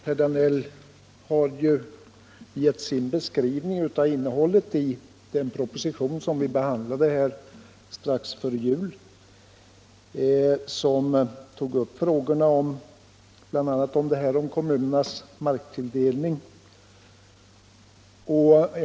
Herr Danell har givit sin beskrivning av innehållet i den proposition som vi behandlade här strax före jul och som tog upp frågorna om bl.a. kommunernas marktilldelning.